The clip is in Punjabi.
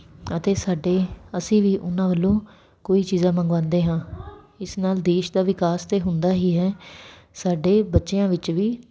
ਅਤੇ ਸਾਡੇ ਅਸੀਂ ਵੀ ਉਹਨਾਂ ਵੱਲੋਂ ਕੋਈ ਚੀਜ਼ਾਂ ਮੰਗਵਾਉਂਦੇ ਹਾਂ ਇਸ ਨਾਲ ਦੇਸ਼ ਦਾ ਵਿਕਾਸ ਤੇ ਹੁੰਦਾ ਹੀ ਹੈ ਸਾਡੇ ਬੱਚਿਆਂ ਵਿੱਚ ਵੀ